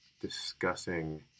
discussing